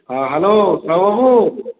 ହଁ ହ୍ୟାଲୋ ସାହୁବାବୁ